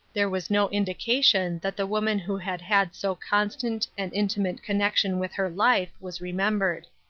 there was no indication that the woman who had had so constant and intimate connection with her life was remembered.